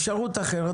אפשרות אחרת,